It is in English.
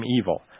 evil